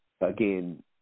again